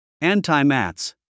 Anti-Mats